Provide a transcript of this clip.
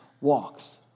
walks